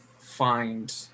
find